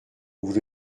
vous